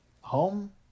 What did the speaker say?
home